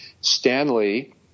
Stanley –